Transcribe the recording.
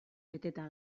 beteta